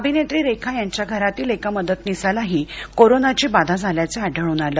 अभिनेत्री रेखा यांच्या घरातील एका मदतनिसालाही कोरोनाची बाधा झाल्याचं आढळून आलं